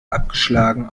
abgeschlagen